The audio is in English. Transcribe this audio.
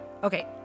Okay